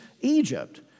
Egypt